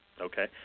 Okay